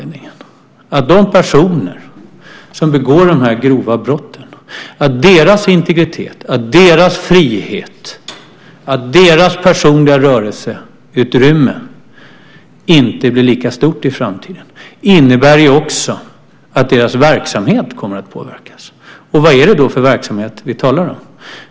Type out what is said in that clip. De personer som begår de här grova brotten kommer inte att ha lika stor integritet, frihet och personligt rörelseutrymme i framtiden, och det innebär också att deras verksamhet kommer att påverkas. Vad är det då för verksamhet vi talar om?